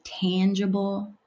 tangible